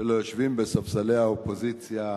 של היושבים בספסלי האופוזיציה,